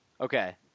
Okay